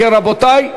רבותי,